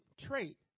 trait